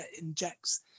injects